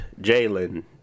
Jalen